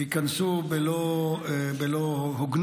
ייכנסו בלא הוגנות,